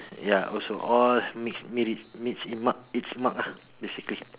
ya also all meets meet it's meets it it's mark lah basically